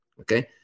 okay